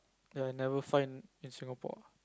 ya never find in Singapore